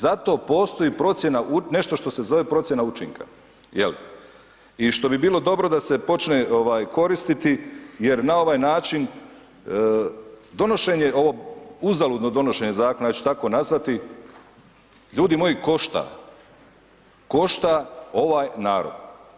Za to postoji procjena, nešto što se zove procjena učinka, je li i što bi bilo dobro da se počne ovaj koristiti jer na ovaj način donošenje, ovo uzaludno donošenje zakona ja ću tako nazvati, ljudi moji košta, košta ovaj narod.